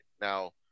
Now